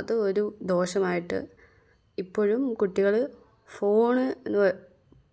അത് ഒരു ദോഷമായിട്ട് ഇപ്പൊഴും കുട്ടികൾ ഫോൺ എന്ന്